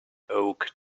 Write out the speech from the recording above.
oak